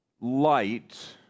light